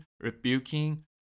rebuking